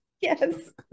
Yes